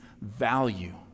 value